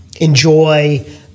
enjoy